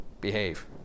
behave